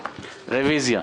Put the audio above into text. רוויזיה.